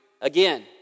again